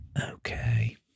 Okay